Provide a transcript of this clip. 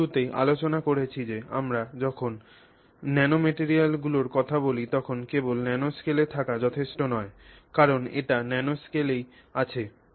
আমরা শুরুতেই আলোচনা করেছি যে আমরা যখন ন্যানোম্যাটরিয়ালগুলির কথা বলি তখন কেবল ন্যানোস্কেলে থাকা যথেষ্ট নয় কারণ এটি ন্যানোস্কেলেই আছে